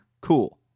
Cool